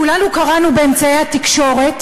כולנו קראנו באמצעי התקשורת